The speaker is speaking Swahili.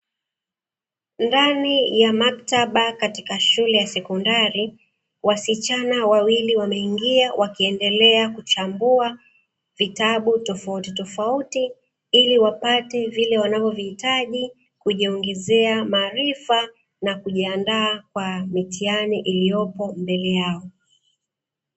Ndani ya maktaba katika shule ya sekondari, wasichana wawili wameingia wakiendelea kuchambua vitabu tofautitofauti, ili wapate vile wanavyovihitaji, kujiongezea maarifa, na kujiandaa kwa mitihani iliyopo mbele yao.